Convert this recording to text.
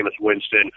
Winston